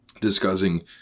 discussing